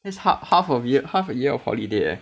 that's half half of year half a year of holiday eh